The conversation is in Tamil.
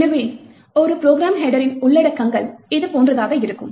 எனவே ஒரு ப்ரோக்ராம் ஹெட்டரின் உள்ளடக்கங்கள் இதுபோன்றதாக இருக்கும்